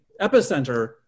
epicenter